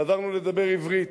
חזרנו לדבר עברית.